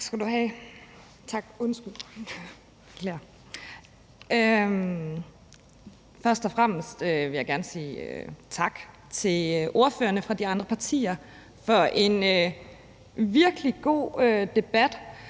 Først og fremmest vil jeg gerne sige tak til ordførerne for de andre partier for en virkelig god debat.